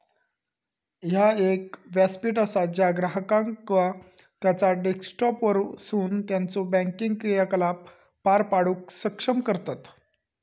ह्या एक व्यासपीठ असा ज्या ग्राहकांका त्यांचा डेस्कटॉपवरसून त्यांचो बँकिंग क्रियाकलाप पार पाडूक सक्षम करतत